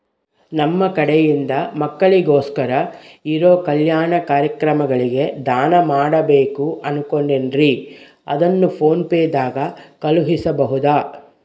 ನಮ್ಮ ಕಡೆಯಿಂದ ಮಕ್ಕಳಿಗೋಸ್ಕರ ಇರೋ ಕಲ್ಯಾಣ ಕಾರ್ಯಕ್ರಮಗಳಿಗೆ ದಾನ ಮಾಡಬೇಕು ಅನುಕೊಂಡಿನ್ರೇ ಅದನ್ನು ಪೋನ್ ಪೇ ದಾಗ ಕಳುಹಿಸಬಹುದಾ?